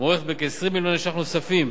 מוערכת בכ-20 מיליון ש"ח נוספים.